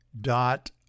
dot